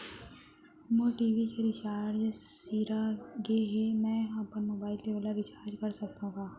मोर TV के recharge सिरा गे हे, मैं अपन मोबाइल ले ओला रिचार्ज करा सकथव का?